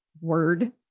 word